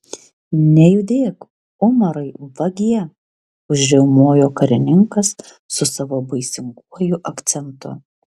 nejudėk umarai vagie užriaumojo karininkas su savo baisinguoju akcentu